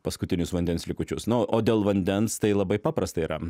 paskutinius vandens likučius na o dėl vandens tai labai paprasta yra